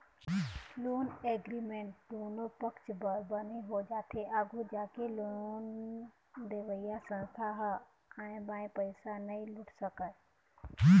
loan agreement दुनो पक्छ बर बने हो जाथे आघू जाके लोन देवइया संस्था ह आंय बांय पइसा नइ लूट सकय